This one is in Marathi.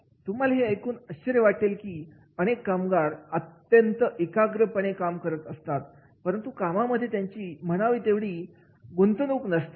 तुम्हाला हे ऐकून आश्चर्य वाटेल की अनेक कामगार अत्यंत एकाग्रचित्ताने काम करत असतात परंतु कामामध्ये त्यांची म्हणावी तेवढी गुंतवणूक नसते